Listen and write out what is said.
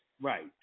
Right